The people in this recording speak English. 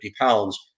pounds